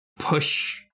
push